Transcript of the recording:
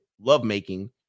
lovemaking